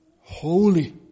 holy